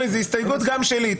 הסתייגות שלי.